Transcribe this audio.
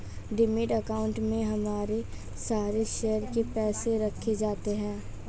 demat account में हमारे सारे शेयर के पैसे रखे जाते हैं